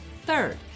Third